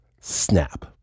snap